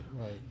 Right